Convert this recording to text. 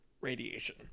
radiation